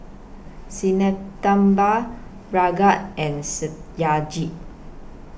Sinnathamby Ranga and Satyajit